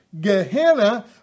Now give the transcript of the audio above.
Gehenna